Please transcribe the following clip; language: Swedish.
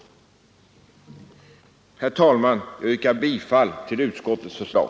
Herr talman! Jag yrkar bifall till utskottets förslag.